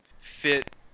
fit